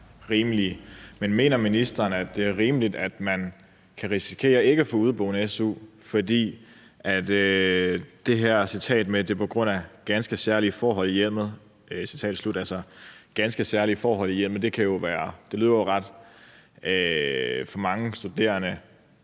men mener ministeren, at det er rimeligt, at man kan risikere ikke at få su for udeboende på baggrund af det, der er citeret, nemlig at det er på grund af ganske særlige forhold i hjemmet. Altså, ganske særlige forhold i hjemmet kan jo for mange studerende